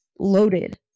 loaded